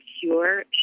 cure